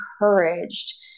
encouraged